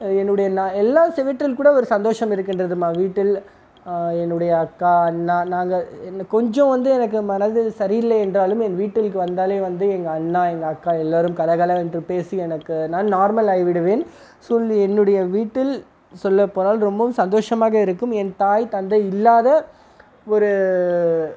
என்னுடைய நான் எல்லா சுவற்றில் கூட ஒரு சந்தோஷம் இருக்கின்றதும்மா வீட்டில் என்னுடைய அக்கா அண்ணா நாங்கள் என்ன கொஞ்சம் வந்து எனக்கு மனது சரியில்லை என்றாலும் என் வீட்டிற்கு வந்தாலே வந்து எங்கள் அண்ணா எங்கள் அக்கா எல்லோரும் கலகல என்று பேசி எனக்கு நான் நார்மல் ஆகி விடுவேன் ஸோ என்னுடைய வீட்டில் சொல்லப்போனால் ரொம்பவும் சந்தோஷமாக இருக்கும் என் தாய் தந்தை இல்லாத ஒரு